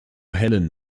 helen